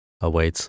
awaits